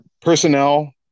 personnel